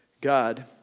God